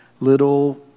Little